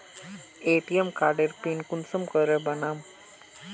ATM कार्डेर pin कुंसम के बनाम?